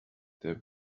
der